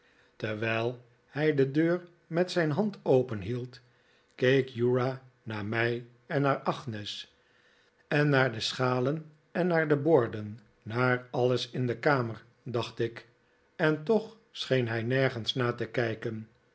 terwijl hij de deur met zijn hand openhield keek uriah naar mij en naar agnes en naar de schalen en naar de borden naar alles in de kamer dacht ik en toch scheen hij nergens naar te kijken